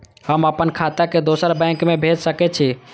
हम आपन खाता के दोसर बैंक में भेज सके छी?